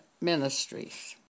ministries